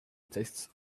tastes